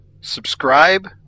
subscribe